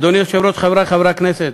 אדוני היושב-ראש, חברי חברי הכנסת,